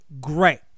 Great